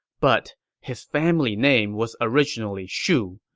but his family name was originally shu,